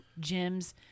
gyms